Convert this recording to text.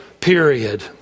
period